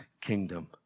kingdom